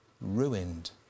ruined